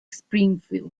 springfield